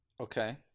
Okay